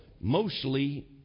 mostly